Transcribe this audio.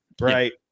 right